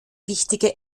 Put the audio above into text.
wichtige